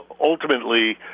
ultimately